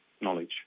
knowledge